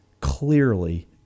clearly